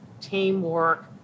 teamwork